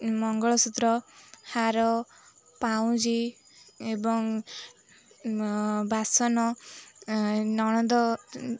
ମଙ୍ଗଳସୂତ୍ର ହାର ପାଉଁଜି ଏବଂ ବାସନ ନଣନ୍ଦ